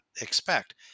expect